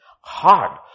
hard